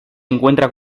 encuentra